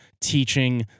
teaching